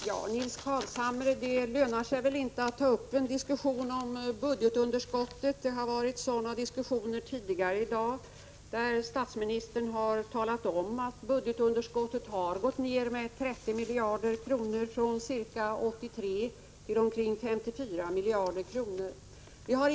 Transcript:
Fru talman! Ja, Nils Carlshamre, det lönar sig väl inte att ta upp en diskussion om budgetunderskottet. Det har förekommit sådana diskussioner här tidigare i dag, då statsministern talade om att budgetunderskottet har gått ner med 30 miljarder kronor från ca 83 miljarder till omkring 54 miljarder kronor.